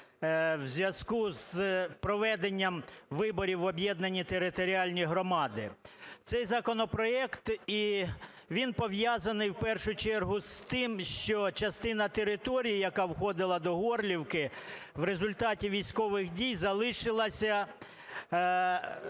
у зв'язку з проведенням виборів в об'єднані територіальні громади. Цей законопроект, він пов'язаний в першу чергу з тим, що частина територій, яка входила до Горлівки, в результаті військових дій залишилася